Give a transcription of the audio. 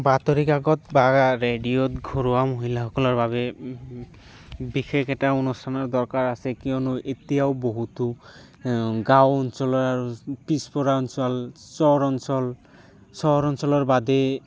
বাতৰি কাকত বা ৰেডিঅ'ত ঘৰুৱা মহিলাসকলৰ বাবে বিশেষ এটা অনুষ্ঠানৰ দৰকাৰ আছে কিয়নো এতিয়াও বহুতো গাওঁ অঞ্চলৰ পিছপৰা অঞ্চল চৰ অঞ্চল চৰ অঞ্চলৰ বাদেই